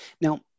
Now